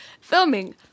filming